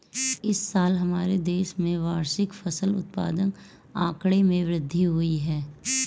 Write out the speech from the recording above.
इस साल हमारे देश में वार्षिक फसल उत्पादन आंकड़े में वृद्धि हुई है